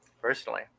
personally